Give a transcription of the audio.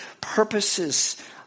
purposes